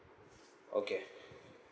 okay